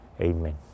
Amen